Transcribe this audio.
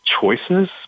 choices